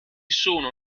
sono